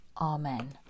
Amen